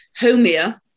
homia